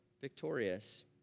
victorious